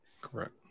Correct